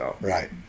Right